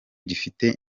gifite